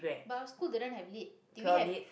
but our school didn't have lit did we have